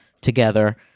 together